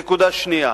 נקודה שנייה,